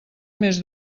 més